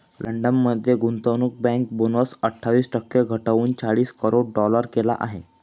London मध्ये गुंतवणूक bank bonus अठ्ठावीस टक्के घटवून चाळीस करोड डॉलर केला आहे